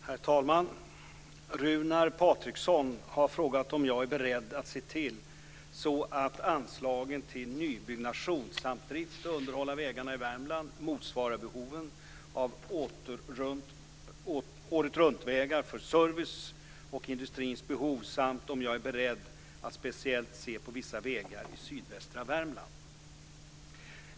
Herr talman! Runar Patriksson har frågat om jag är beredd att se till så att anslagen till nybyggnation samt drift och underhåll av vägarna i Värmland motsvarar behoven av åretruntvägar för service och industrins behov samt om jag är beredd att speciellt se på vissa vägar i sydvästra Värmland.